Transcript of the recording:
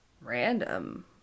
random